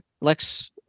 Lex